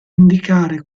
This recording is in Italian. indicare